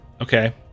okay